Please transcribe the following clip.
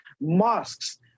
mosques